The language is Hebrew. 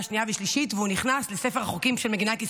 שנייה ושלישית והוא נכנס לספר החוקים של מדינת ישראל.